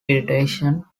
irritation